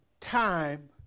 time